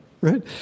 right